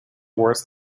worth